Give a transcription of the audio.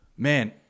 Man